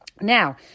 Now